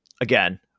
again